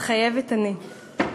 מתחייבת אני.